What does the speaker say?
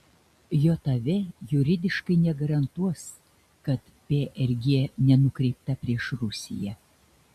jav juridiškai negarantuos kad prg nenukreipta prieš rusiją